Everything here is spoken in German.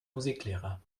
musiklehrer